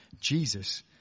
Jesus